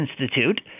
institute